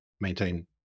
maintain